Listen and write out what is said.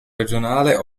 regionale